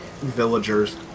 villagers